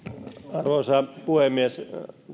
arvoisa puhemies